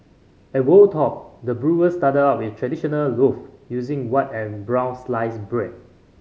at Wold Top the brewers started out with traditional loave using white and brown sliced bread